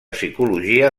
psicologia